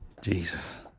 Jesus